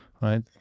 right